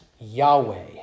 Yahweh